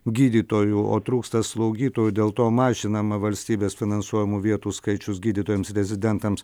gydytojų o trūksta slaugytojų dėl to mažinama valstybės finansuojamų vietų skaičius gydytojams rezidentams